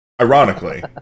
ironically